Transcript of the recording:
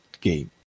game